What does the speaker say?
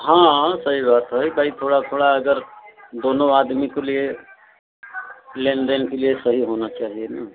हाँ हाँ सही बात है भाई थोड़ा थोड़ा अगर दोनों आदमी के लिए लेन देन के लिए सही होना चाहिए ना